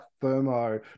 thermo